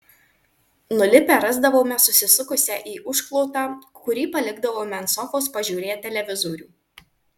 nulipę rasdavome susisukusią į užklotą kurį palikdavome ant sofos pažiūrėję televizorių